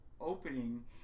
opening